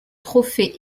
trophée